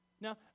Now